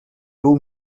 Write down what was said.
two